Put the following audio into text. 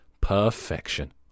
Perfection